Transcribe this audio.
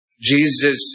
Jesus